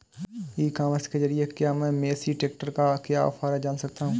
ई commerce के ज़रिए क्या मैं मेसी ट्रैक्टर का क्या ऑफर है जान सकता हूँ?